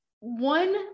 one